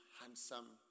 handsome